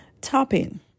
topping